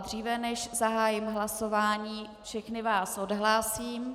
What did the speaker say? Dříve než zahájím hlasování, všechny vás odhlásím.